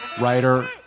writer